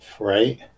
right